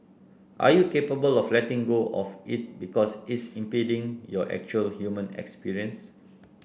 are you capable of letting go of it because it's impeding your actual human experience